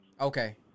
Okay